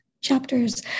chapters